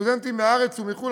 סטודנטים מהארץ ומחו"ל.